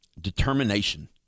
Determination